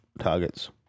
targets